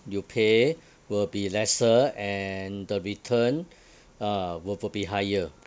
you pay will be lesser and the return ah will will be higher